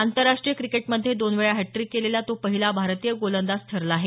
आंतरराष्ट्रीय क्रिकेटमध्ये दोन वेळा हॅट्रीक केलेला तो पहिला भारतीय गोलंदाज ठरला आहे